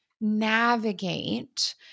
navigate